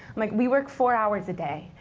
like we work four hours a day.